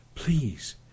Please